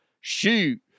shoot